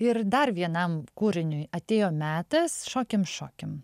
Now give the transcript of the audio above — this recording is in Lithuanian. ir dar vienam kūriniui atėjo metas šokim šokim